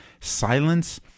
Silence